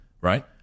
right